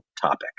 topic